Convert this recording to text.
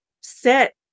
sit